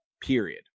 period